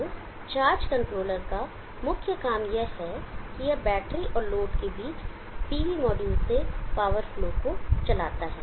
तो charge controller का मुख्य काम यह है कि यह बैटरी और लोड के बीच PV मॉड्यूल से पावर फ्लो को चलाता है